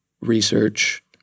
research